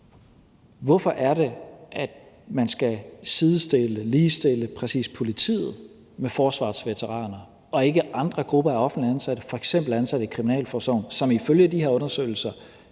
Hvorfor er det, at man skal sidestille eller ligestille præcis politiet med forsvarets veteraner og ikke andre grupper af offentligt ansatte, f.eks. ansatte i kriminalforsorgen, som ifølge de her undersøgelser